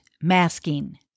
masking